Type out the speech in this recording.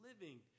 living